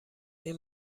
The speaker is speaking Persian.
این